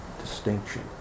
distinction